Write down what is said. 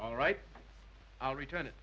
all right i'll return it